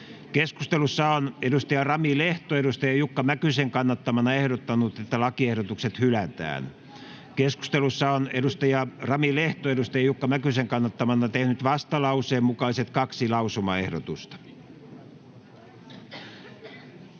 Keskustelussa on Rami Lehto Jukka Mäkysen kannattamana ehdottanut, että lakiehdotukset hylätään. Keskustelussa on Rami Lehto Jukka Mäkysen kannattamana tehnyt vastalauseen mukaiset kaksi lausumaehdotusta.